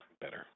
better